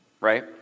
right